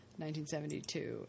1972